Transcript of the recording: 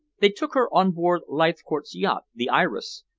they took her on board leithcourt's yacht, the iris,